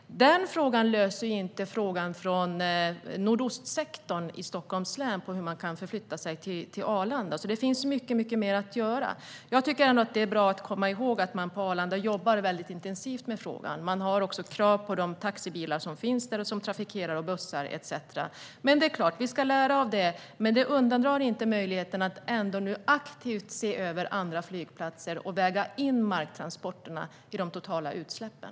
Detta löser inte frågan från nordostsektorn i Stockholms län, som handlar om hur man kan förflytta sig till Arlanda. Det finns alltså mycket mer att göra. Jag tycker ändå att det är bra att komma ihåg att man på Arlanda jobbar väldigt intensivt med frågan. Man har också krav på de taxibilar som finns där och på bussar etcetera. Det är klart att vi ska lära av detta, men det undandrar inte möjligheten att nu aktivt se över andra flygplatser och väga in marktransporterna i de totala utsläppen.